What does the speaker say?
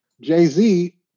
Jay-Z